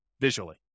visually